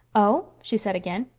oh? she said again.